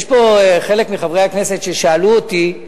חלק מחברי הכנסת פה שאלו אותי,